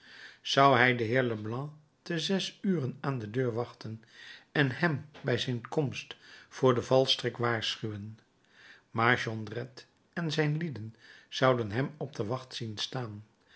zou hij den heer leblanc te zes uren aan de deur wachten en hem bij zijn komst voor den valstrik waarschuwen maar jondrette en zijn lieden zouden hem op de wacht zien staan